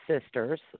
sisters